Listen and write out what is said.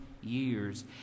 years